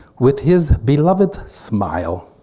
with his beloved smile